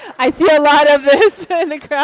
i see a lot of this in the crowd.